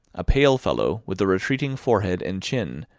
a pale fellow with a retreating forehead and chin,